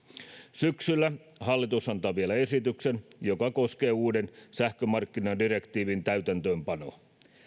syksyllä hallitus antaa vielä esityksen joka koskee uuden sähkömarkkinadirektiivin täytäntöönpanoa